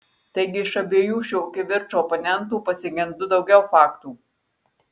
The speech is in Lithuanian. taigi iš abiejų šio kivirčo oponentų pasigendu daugiau faktų